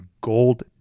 gold